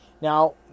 Now